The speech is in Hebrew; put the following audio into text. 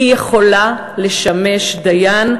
היא יכולה לשמש דיין,